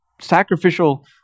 sacrificial